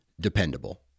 dependable